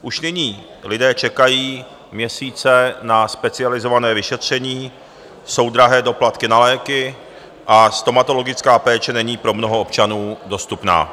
Už nyní lidé čekají měsíce na specializované vyšetření, jsou drahé doplatky na léky a stomatologická péče není pro mnoho občanů dostupná.